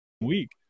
week